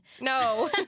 No